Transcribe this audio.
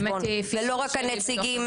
ולא רק הנציגים